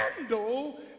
handle